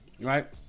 right